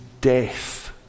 death